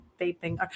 vaping